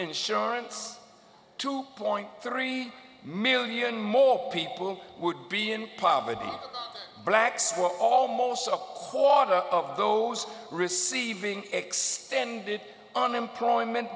insurance two point three million more people would be in poverty blacks were almost a whole lot of those receiving extended unemployment